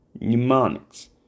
mnemonics